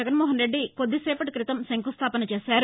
జగన్మోహనరెడ్డి కొద్దినేపటీ క్రితం శంకుస్థాపన చేశారు